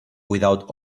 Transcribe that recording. without